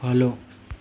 follow